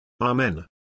Amen